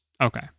Okay